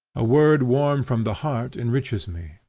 a word warm from the heart enriches me.